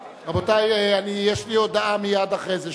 רבותי, יש לי הודעה מייד אחרי זה.